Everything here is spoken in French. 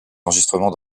enregistrements